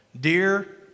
Dear